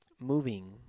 moving